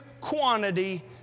quantity